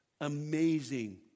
amazing